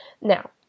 Now